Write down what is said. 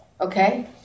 Okay